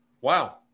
Wow